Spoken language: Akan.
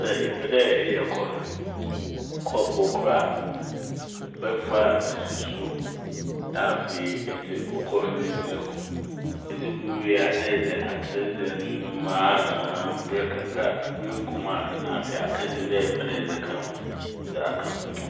Sɛ epɛ dɛ eyɛ kɔfe kɔɔpow kor a. Ebɛfa a nsuhyew na afei edze wo kɔfe no dze egu mu. Edze gu mu wie a na edze atser dze enunuu mu aa mber kakra. Mber gu mu a na afei akɛdze biara epɛdɛ edze ka ho n' edze aka ho egu mu.